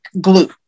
glue